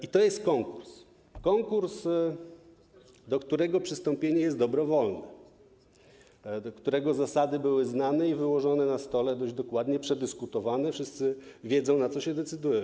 I to jest konkurs, do którego przystąpienie jest dobrowolne, którego zasady były znane i wyłożone na stole, dość dokładnie przedyskutowane, wszyscy wiedzieli, na co się decydują.